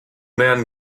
man